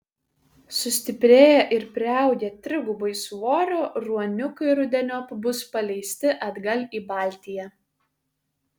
sustiprėję ir priaugę trigubai svorio ruoniukai rudeniop bus paleisti atgal į baltiją